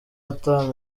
ata